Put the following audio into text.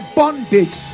bondage